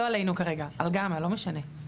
לא עלינו כרגע, על גמא, לא משנה.